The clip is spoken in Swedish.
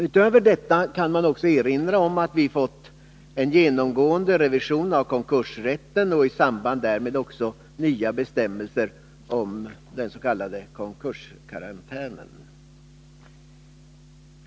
Utöver detta kan man också erinra om att vi fått en genomgående revision av konkursrätten och i samband därmed nya bestämmelser om s.k. konkurskarantän.